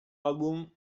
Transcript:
album